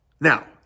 Now